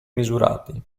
misurati